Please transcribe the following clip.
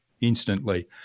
instantly